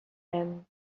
end